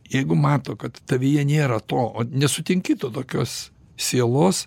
jeigu mato kad tavyje nėra to o nesutinki tu tokios sielos